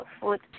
food